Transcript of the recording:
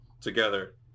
Together